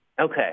Okay